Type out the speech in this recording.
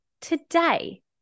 today